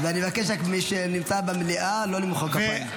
אני רק מבקש ממי שנמצא במליאה לא למחוא כפיים.